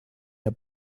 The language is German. der